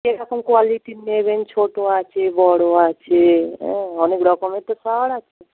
কীরকম কোয়ালিটির নেবেন ছোট আছে বড় আছে হ্যাঁ অনেক রকমের তো শাওয়ার আছে